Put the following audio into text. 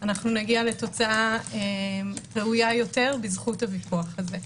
אנחנו נגיע לתוצאה ראויה יותר בזכות את הוויכוח הזה.